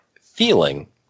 feeling